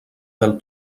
del